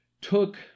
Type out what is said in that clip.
took